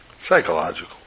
Psychological